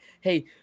Hey